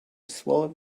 swell